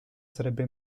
sarebbe